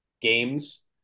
games